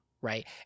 Right